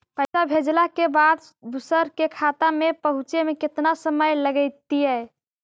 पैसा भेजला के बाद दुसर के खाता में पहुँचे में केतना समय लगतइ?